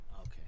Okay